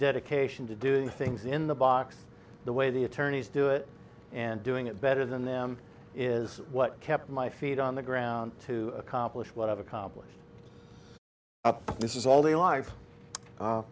dedication to doing things in the box the way the attorneys do it and doing it better than them is what kept my feet on the ground to accomplish what i've accomplished this is all the life